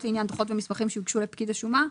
לעניין דוחות ומסמכים שהוגשו לפקיד השומה,